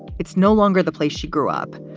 it's no longer the place she grew up,